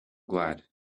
glad